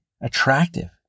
attractive